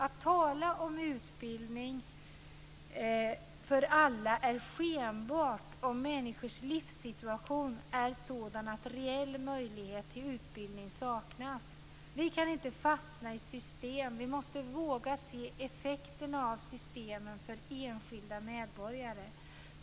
Att tala om utbildning för alla är vilseledande, om människors livssituation är sådan att reell möjlighet till utbildning saknas. Vi kan inte fastna i system. Vi måste våga se effekterna av systemen för enskilda medborgare.